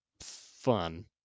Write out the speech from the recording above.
fun